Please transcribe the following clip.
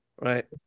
Right